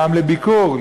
פעם לביקור,